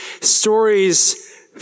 stories